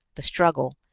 the struggle,